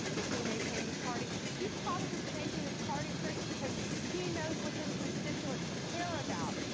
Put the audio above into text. that he may change his party. he's probably changing and his party, chris, because he knows what his constituents care about.